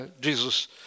Jesus